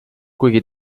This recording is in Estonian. kuigi